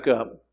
up